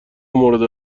مورد